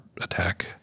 attack